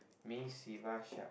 me siva Shak